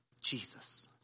Jesus